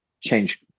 change